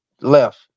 left